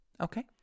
Okay